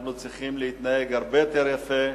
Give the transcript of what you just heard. אנחנו צריכים להתנהג הרבה יותר יפה,